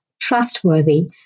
trustworthy